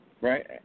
right